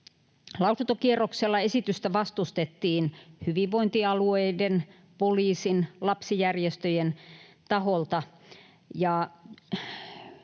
Lausuntokierroksella esitystä vastustettiin hyvinvointialueiden, poliisin ja lapsijärjestöjen taholta.